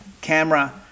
camera